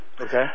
Okay